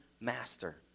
master